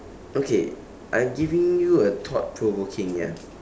okay I'm giving you a thought provoking ya